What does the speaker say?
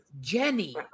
Jenny